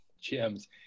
gems